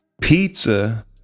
Pizza